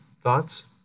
thoughts